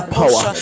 power